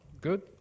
good